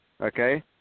okay